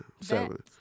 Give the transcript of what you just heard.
seven